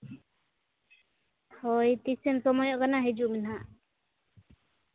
ᱦᱳᱭ ᱛᱤᱥ ᱮᱢ ᱥᱚᱢᱚᱭᱚᱜ ᱠᱟᱱᱟ ᱦᱤᱡᱩᱜ ᱢᱮ ᱱᱟᱦᱟᱸᱜ